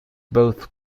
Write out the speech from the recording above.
both